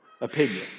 opinion